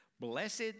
Blessed